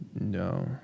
No